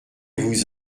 vous